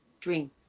dream